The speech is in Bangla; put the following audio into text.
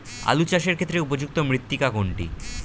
আলু চাষের ক্ষেত্রে উপযুক্ত মৃত্তিকা কোনটি?